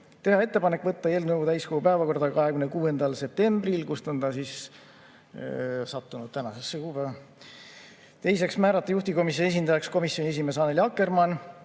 teha ettepanek võtta eelnõu täiskogu päevakorda 26. septembril, kust see on sattunud tänasesse päeva. Teiseks, määrata juhtivkomisjoni esindajaks komisjoni esimees Annely Akkermann,